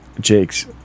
jake's